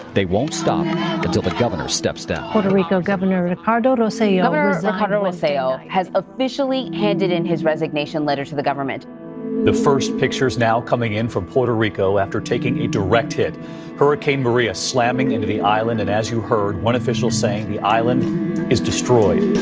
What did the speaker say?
they won't stop until the governor steps down puerto rico governor ricardo rossello. governor ricardo ah rossello so has officially handed in his resignation letter to the government the first pictures now coming in from puerto rico after taking a direct hit hurricane maria slamming into the island, and as you heard one official saying, the island is destroyed